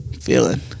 Feeling